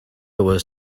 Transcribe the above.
was